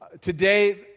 Today